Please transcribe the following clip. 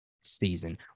season